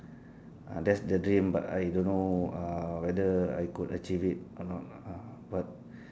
uh that's the dream but I don't know uh whether I could achieve it or not ah but